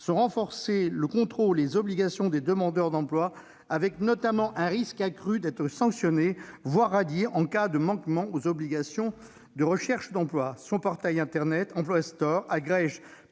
sont renforcés le contrôle et les obligations des demandeurs d'emploi, ces derniers étant notamment exposés à un risque accru d'être sanctionnés, voire radiés en cas de manquement aux obligations de recherche d'emploi. Le portail internet Emploi Store agrège